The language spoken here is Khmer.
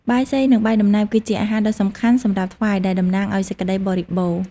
បាយសី និងបាយដំណើប គឺជាអាហារដ៏សំខាន់សម្រាប់ថ្វាយ ដែលតំណាងឲ្យសេចក្តីបរិបូរណ៍។